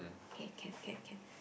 okay can can can